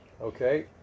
okay